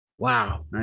wow